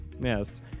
Yes